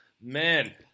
man